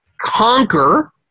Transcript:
conquer